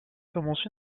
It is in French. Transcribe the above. commence